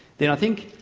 then i think,